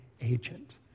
agent